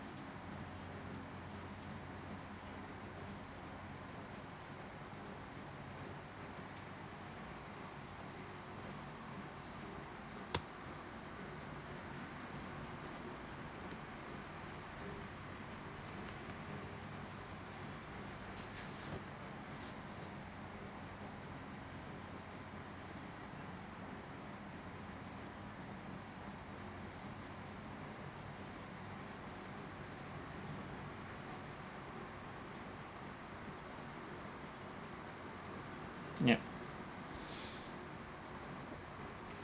yup